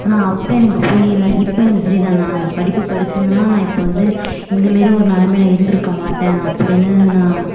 ஆனால் அப்போ எனக்கு புரியலை இப்போ எனக்கு புரியுது நான் அந்த படிப்பை படிச்சிருந்தேன்னா நான் இப்போ வந்து இந்த மாரி ஒரு நிலமையில இருந்துருக்க மாட்டேன் அப்படின்னு நான்